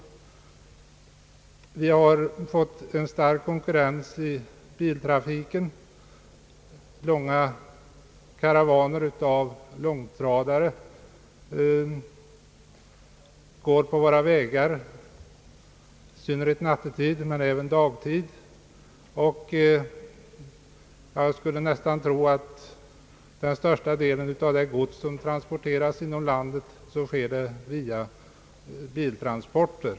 Järnvägarna har fått en stark konkurrens i biltrafiken; långa karavaner av långtradare går på våra vägar, i Synnerhet nattetid men även under dagtid, och jag skulle nästan tro att den största delen av det gods som transporteras inom landet förmedlas genom biltransporter.